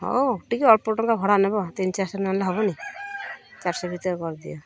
ହେଉ ଟିକେ ଅଳ୍ପ ଟଙ୍କା ଭଡ଼ା ନେବ ତିନି ଚାରଶହ ନେଲେ ହେବନି ଚାରିଶହ ଭିତରେ କରିଦିଅ